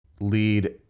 lead